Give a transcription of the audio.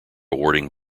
awarding